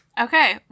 Okay